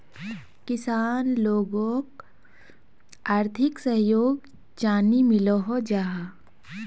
किसान लोगोक आर्थिक सहयोग चाँ नी मिलोहो जाहा?